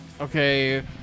okay